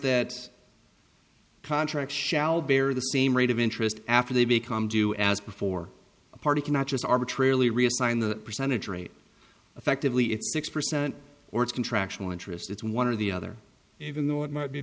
that contracts shall bear the same rate of interest after they become due as before a party cannot just arbitrarily resign the percentage rate effectively it's six percent or it's contractional interest it's one or the other even though it might be